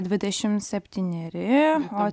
dvidešim septyneri o